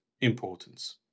importance